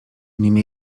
nimi